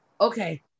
Okay